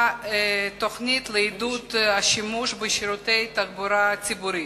תוכנית לעידוד השימוש בשירותי התחבורה הציבורית.